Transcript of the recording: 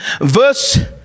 Verse